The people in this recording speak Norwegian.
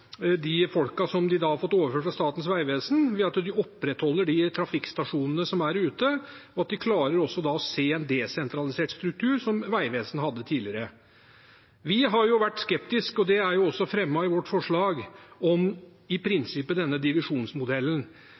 som de har fått overført fra Statens vegvesen, ved at de opprettholder de trafikkstasjonene som er ute. De klarer også da å se en desentralisert struktur som Vegvesenet hadde tidligere. Vi har i prinsippet vært skeptiske til denne divisjonsmodellen, og det er også fremmet i vårt forslag.